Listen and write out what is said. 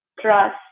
trust